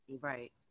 Right